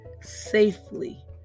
safely